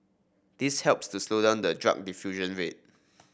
this helps to slow down the drug diffusion rate